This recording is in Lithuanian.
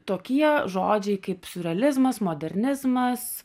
tokie žodžiai kaip siurrealizmas modernizmas